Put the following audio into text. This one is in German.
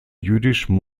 jüdischen